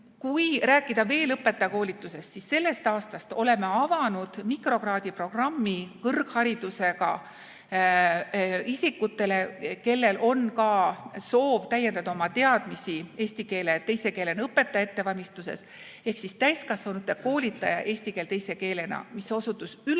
Kui rääkida veel õpetajakoolitusest, siis sellest aastast oleme avanud mikrokraadiprogrammi kõrgharidusega inimestele, kellel on ka soov täiendada oma teadmisi eesti keele teise keelena õpetaja ettevalmistuses, [see on siis] täiskasvanute koolitaja eesti keel teise keelena. See osutus üllatavalt